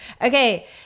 Okay